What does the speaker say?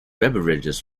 beverages